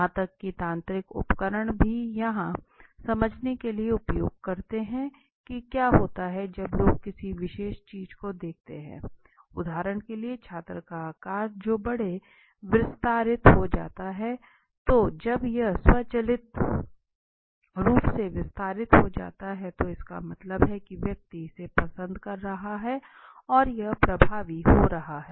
यहां तक कि यांत्रिक उपकरण भी यह समझने के लिए उपयोग करते हैं कि क्या होता है जब लोग किसी विशेष चीज को देखते हैं उदाहरण के लिए छात्र का आकार जो थोड़ा विस्तारित हो जाता है तो जब यह स्वचालित रूप से विस्तारित हो जाता है तो इसका मतलब है कि व्यक्ति इसे पसंद कर रहा है और यह प्रभावी हो रहा है